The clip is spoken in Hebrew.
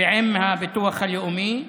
ועם הביטוח הלאומי,